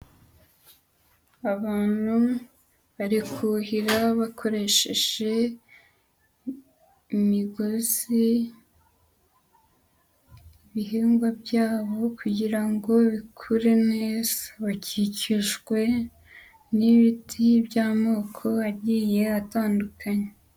Abantu barikuhira bakoresheje imigozi ibihingwa byabo kugira ngo bikure neza. Bakikijwe n'ibiti by'amoko agiye atandukanye.